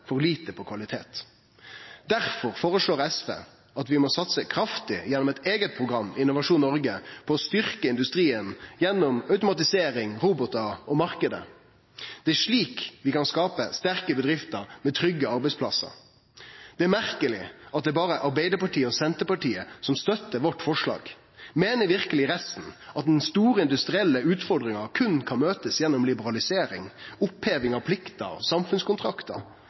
for lite på kvalitet. Difor føreslår SV at vi må satse kraftig gjennom eit eige program i Innovasjon Noreg for å styrkje industrien gjennom automatisering, robotar og marknaden. Det er slik vi kan skape sterke bedrifter med trygge arbeidsplassar. Det er merkeleg at det berre er Arbeidarpartiet og Senterpartiet som støttar forslaget vårt. Meiner verkeleg resten at den store industrielle utfordringa berre kan møtast gjennom liberalisering og oppheving av pliktar og samfunnskontraktar?